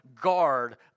Guard